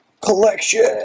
collection